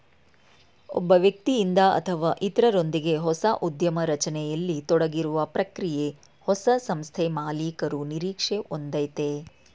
ಒಬ್ಬ ವ್ಯಕ್ತಿಯಿಂದ ಅಥವಾ ಇತ್ರರೊಂದ್ಗೆ ಹೊಸ ಉದ್ಯಮ ರಚನೆಯಲ್ಲಿ ತೊಡಗಿರುವ ಪ್ರಕ್ರಿಯೆ ಹೊಸ ಸಂಸ್ಥೆಮಾಲೀಕರು ನಿರೀಕ್ಷೆ ಒಂದಯೈತೆ